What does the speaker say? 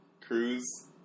Cruise